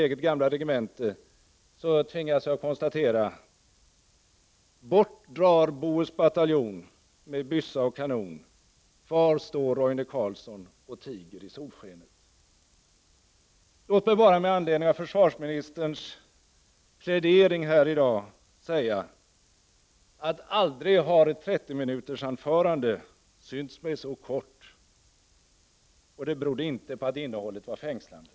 eget gamla regemente — tvingas jag konstatera: Bort drar Bohus bataljon med byssa och kanon. Kvar står Roine Carlsson och tiger i solskenet. Låt mig bara med anledning av försvarsministerns plädering här i dag säga att ett 30-minuters anförande aldrig har synts mig så kort. Och det berodde inte på att innehållet var fängslande.